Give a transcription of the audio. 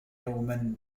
يوما